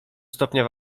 stopnia